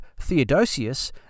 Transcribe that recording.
Theodosius